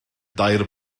dair